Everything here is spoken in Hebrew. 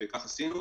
וכך עשינו.